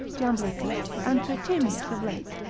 jamblichus, and tritemius of late,